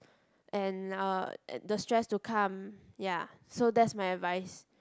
and uh the stress to come ya so that's my advice